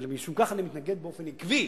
ומשום כך אני מתנגד באופן עקבי